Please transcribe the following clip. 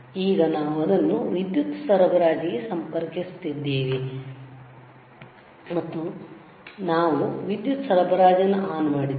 ಈಗ ನಾವು ಇದನ್ನು ವಿದ್ಯುತ್ ಸರಬರಾಜಿಗೆ ಸಂಪರ್ಕಿಸುತ್ತಿದ್ದೇವೆ ಮತ್ತು ನಾವು ವಿದ್ಯುತ್ ಸರಬರಾಜನ್ನು ಆನ್ ಮಾಡಿದ್ದೇವೆ